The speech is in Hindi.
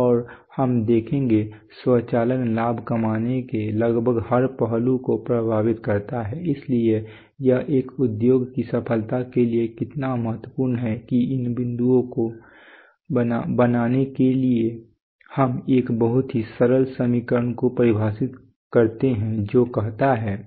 और हम देखेंगे स्वचालन लाभ कमाने के लगभग हर पहलू को प्रभावित करता है इसलिए यह एक उद्योग की सफलता के लिए इतना महत्वपूर्ण है कि इस बिंदु को बनाने के लिए हम एक बहुत ही सरल समीकरण को परिभाषित करते हैं जो कहता है